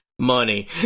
Money